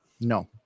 No